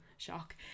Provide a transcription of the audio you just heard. shock